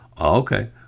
okay